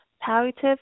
Palliative